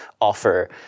offer